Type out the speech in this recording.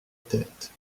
tête